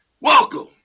welcome